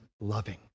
loving